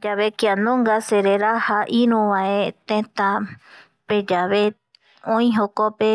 Oimeyave kia nunga sereraja iruvae tetapeyave oi jokpe